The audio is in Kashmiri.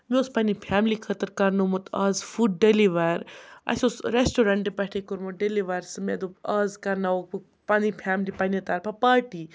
مےٚ اوس پنٛنہِ فیملی خٲطرٕ کرنومُت آز فُڈ ڈِلِوَر اَسہِ اوس رٮ۪سٹورَنٛٹہٕ پٮ۪ٹھَے کوٚرمُت ڈِلِوَر سُہ مےٚ دوٚپ آز کَرناوو بہٕ پَنٕنۍ فیملی پنٛنہِ طرفہٕ پاٹی